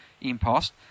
impost